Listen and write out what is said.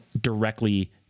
directly